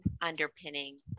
underpinning